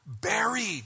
buried